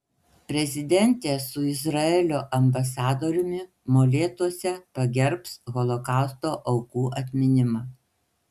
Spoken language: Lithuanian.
prezidentė su izraelio ambasadoriumi molėtuose pagerbs holokausto aukų atminimą